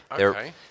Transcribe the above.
Okay